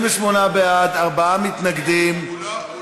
28 בעד, ארבעה מתנגדים.